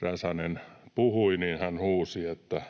Räsänen puhui, huusi, että